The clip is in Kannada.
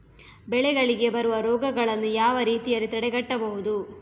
ಬೆಳೆಗಳಿಗೆ ಬರುವ ರೋಗಗಳನ್ನು ಯಾವ ರೀತಿಯಲ್ಲಿ ತಡೆಗಟ್ಟಬಹುದು?